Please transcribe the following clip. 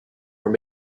were